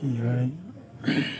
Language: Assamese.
কি হয়